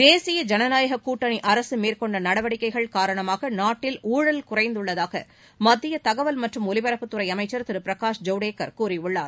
தேசிய ஜனநாயக கூட்டணி அரசு மேற்கொண்ட நடவடிக்கைகள் காரணமாக நாட்டில் ஊழல் குறைந்துள்ளதாக மத்திய தகவல் மற்றும் ஒலிபரப்புத்துறை அமைச்சர் திரு பிரகாஷ் ஜவடேகர் கூறியுள்ளார்